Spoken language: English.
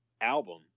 album